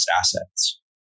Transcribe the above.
assets